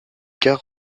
gare